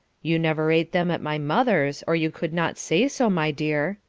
you never ate them at my mother's or you could not say so, my dear.